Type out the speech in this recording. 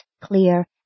clear